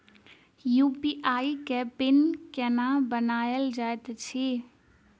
UPI केँ PIN केना बनायल जाइत अछि